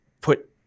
put